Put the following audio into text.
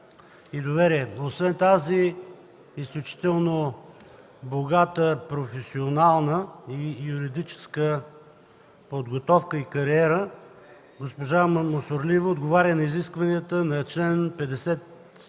Освен тази изключително богата професионална и юридическа подготовка и кариера госпожа Мусорлиева отговаря на изискванията на чл. 50,